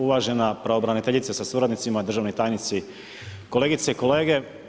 Uvažena pravobraniteljice sa suradnicima, državni tajnici, kolegice i kolege.